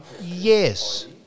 Yes